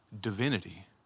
divinity